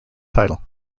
title